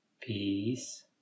peace